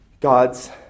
God's